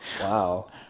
Wow